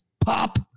pop